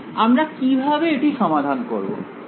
আমরা কিভাবে এটি সমাধান করব